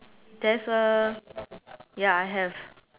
there's a ya I have